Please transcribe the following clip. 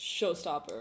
Showstopper